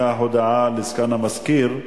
היתה הודעה לסגן המזכיר.